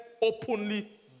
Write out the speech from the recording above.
openly